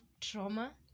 trauma